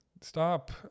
Stop